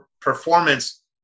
performance